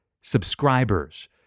subscribers